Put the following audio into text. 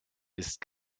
ist